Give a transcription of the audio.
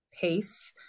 pace